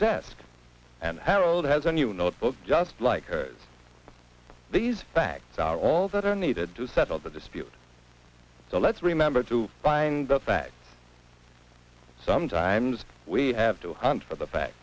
desk and harold has a new notebook just like these facts are all that are needed to settle the dispute so let's remember to find the facts sometimes we have to hunt for the fact